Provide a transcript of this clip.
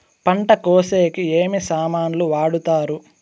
పంట కోసేకి ఏమి సామాన్లు వాడుతారు?